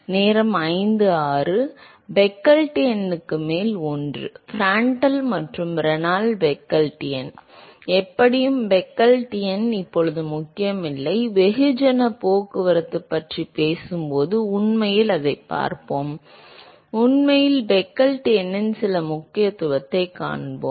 மாணவர் பெக்லெட் எண்ணுக்கு மேல் ஒன்று பிராண்ட்ட்ல் மற்றும் ரெனால்ட்ஸ் பெக்லெட் எண் எப்படியும் பெக்லெட் எண் இப்போது முக்கியமில்லை வெகுஜன போக்குவரத்து பற்றி பேசும்போது உண்மையில் அதைப் பார்ப்போம் உண்மையில் பெக்லெட் எண்ணின் சில முக்கியத்துவத்தைக் காண்போம்